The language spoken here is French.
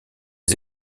les